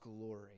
glory